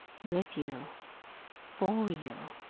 with you for you.